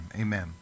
Amen